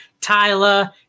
Tyler